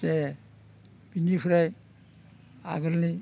जे बेनिफ्राय आगोलनि